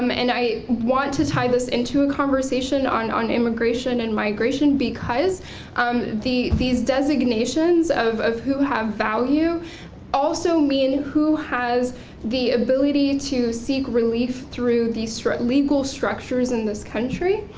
um and i want to tie this into a conversation on on immigration and migration because um these designations of of who have value also mean who has the ability to seek relief through these short legal structures in this country,